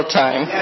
time